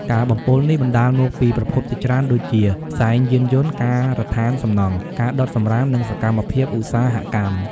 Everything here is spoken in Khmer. ការបំពុលនេះបណ្ដាលមកពីប្រភពជាច្រើនដូចជា ផ្សែងយានយន្ត ការដ្ឋានសំណង់ ការដុតសំរាម និងសកម្មភាពឧស្សាហកម្ម។